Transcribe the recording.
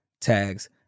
tags